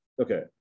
Okay